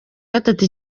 gatatu